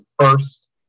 first